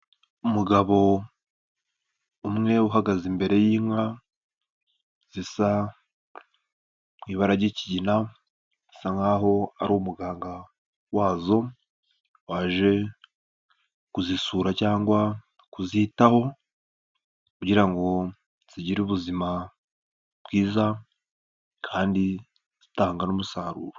Umugabo umwe uhagaze imbere y'inka zisa mu ibara ry'ikigina, asa nk'aho ari umuganga wazo waje kuzisura cyangwa kuzitaho kugira ngo zigire ubuzima bwiza kandi zitanga n'umusaruro.